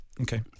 Okay